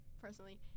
personally